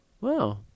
Wow